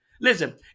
Listen